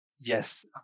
yes